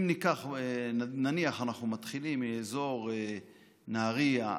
אם נניח אנחנו מתחילים באזור נהריה,